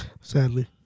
Sadly